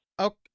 Okay